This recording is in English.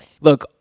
Look